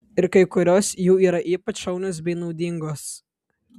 ir kai kurios jų yra ypač šaunios bei naudingos